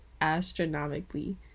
astronomically